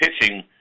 pitching